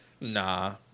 Nah